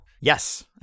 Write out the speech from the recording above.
Yes